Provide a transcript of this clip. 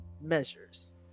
measures